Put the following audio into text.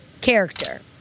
character